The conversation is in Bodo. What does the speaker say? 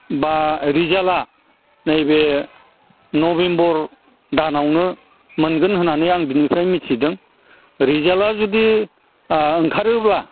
बा रिजाल्टआ नैबे नभेम्ब'र दानआवनो मोनगोन होननानै आं बिनिफ्राय मिथिदों रिजाल्टआ जुदि ओंखारोब्ला